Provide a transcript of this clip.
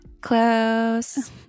close